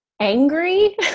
angry